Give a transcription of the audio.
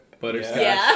Butterscotch